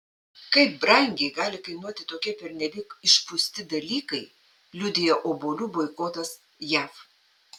kaip brangiai gali kainuoti tokie pernelyg išpūsti dalykai liudija obuolių boikotas jav